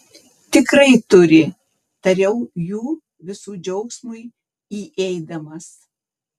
tikrai turi tariau jų visų džiaugsmui įeidamas